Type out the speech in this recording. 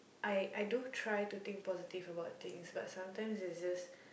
I I do try to think positive about things but sometimes is just